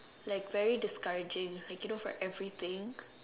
like very discouraging like you know for everything